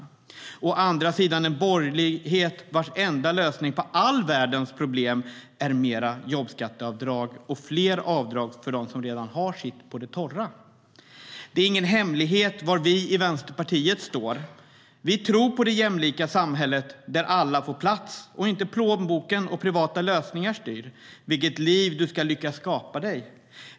Å andra sidan har vi en borgerlighet vars enda lösning på all världens problem är mer jobbskatteavdrag och fler avdrag för dem som redan har sitt på det torra. Det är ingen hemlighet var vi i Vänsterpartiet står. Vi tror på det jämlika samhället där alla får plats och där inte plånboken och privata lösningar styr vilket liv du ska lyckas skapa dig.